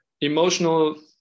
emotional